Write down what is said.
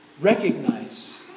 recognize